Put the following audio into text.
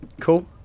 Cool